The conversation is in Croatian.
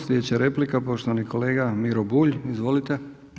Slijedeća replika poštovani kolega Miro Bulj, izvolite.